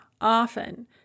often